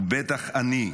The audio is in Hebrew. ובטח אני,